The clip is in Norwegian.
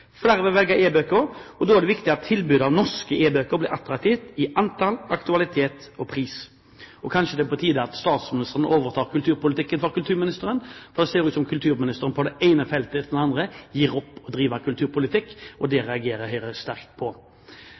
Flere vil velge e-bøker, og da er det viktig at tilbudet av norske e-bøker blir attraktivt i antall, aktualitet og pris. Kanskje det er på tide at statsministeren overtar kulturpolitikken fra kulturministeren, for det ser ut som om kulturministeren på det ene feltet etter det andre gir opp å drive kulturpolitikk, og det reagerer Høyre sterkt på.